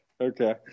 okay